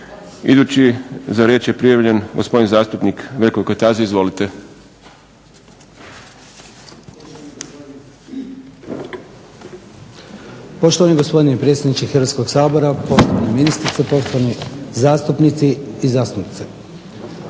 Idući za riječ je prijavljen gospodin zastupnik Veljko Kajtazi. Izvolite. **Kajtazi, Veljko (Nezavisni)** Poštovani gospodine predsjedniče Hrvatskog sabora, poštovana ministrice, poštovani zastupnici i zastupnice.